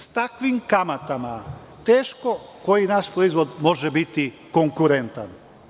S takvim kamatama teško koji naš proizvod može biti konkurentan.